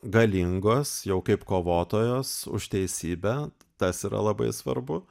galingos jau kaip kovotojos už teisybę tas yra labai svarbu